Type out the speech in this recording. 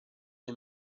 dei